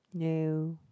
no